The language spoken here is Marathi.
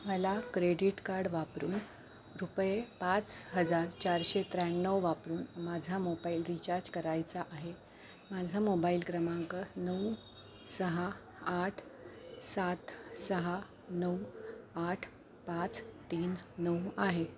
मला क्रेडिट कार्ड वापरून रुपये पाच हजार चारशे त्र्याण्णव वापरून माझा मोबाईल रिचार्ज करायचा आहे माझा मोबाईल क्रमांक नऊ सहा आठ सात सहा नऊ आठ पाच तीन नऊ आहे